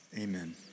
Amen